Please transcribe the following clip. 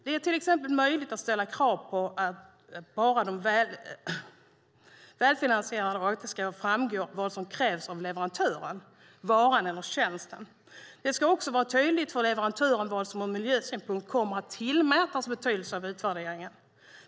Det är möjligt att ställa krav, bara de är väldefinierade och det klart framgår vad som krävs av leverantören, varan eller tjänsten. Det ska också vara tydligt för leverantören vad som ur miljösynpunkt kommer att tillmätas betydelse vid utvärdering.